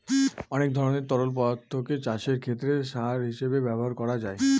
অনেক ধরনের তরল পদার্থকে চাষের ক্ষেতে সার হিসেবে ব্যবহার করা যায়